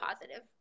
positive